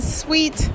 sweet